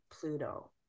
Pluto